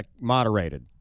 moderated